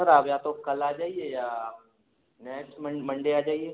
sir आप या तो कल आ जाइए या आप नैक्सट मंडे आ जाइए